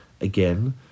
again